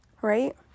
right